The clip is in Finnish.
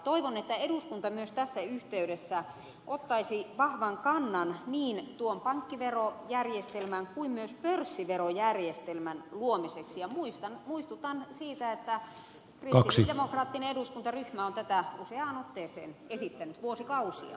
toivon että eduskunta myös tässä yhteydessä ottaisi vahvan kannan niin tuon pankkiverojärjestelmän kuin myös pörssiverojärjestelmän luomiseksi ja muistutan siitä että kristillisdemokraattinen eduskuntaryhmä on tätä useaan otteeseen esittänyt vuosikausia